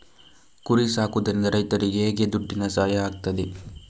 ಕುರಿ ಸಾಕುವುದರಿಂದ ರೈತರಿಗೆ ಹೇಗೆ ದುಡ್ಡಿನ ಸಹಾಯ ಆಗ್ತದೆ?